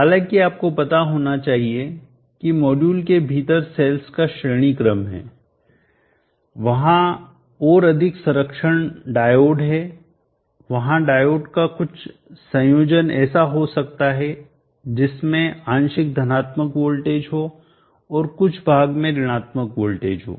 हालाँकि आपको पता होना चाहिए कि मॉड्यूल के भीतर सेल्स का श्रेणी क्रम है वहां और अधिक संरक्षण डायोड हैं वहां डायोड का कुछ संयोजन ऐसा हो सकता है जिसमें आंशिक धनात्मक वोल्टेज हो और कुछ भाग में ऋणात्मक वोल्टेज हो